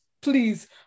Please